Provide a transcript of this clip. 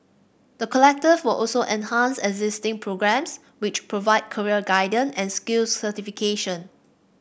the collective will also enhance existing programmes which provide career guidance and skills certification